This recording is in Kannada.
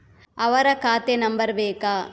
ಅವರ ಖಾತೆ ನಂಬರ್ ಬೇಕಾ?